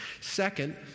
Second